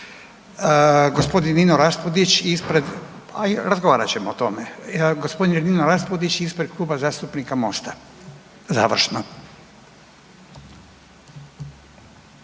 Gospodin Nino Raspudić ispred Kluba zastupnika Mosta, završno.